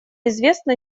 известно